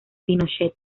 pinochet